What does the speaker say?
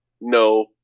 no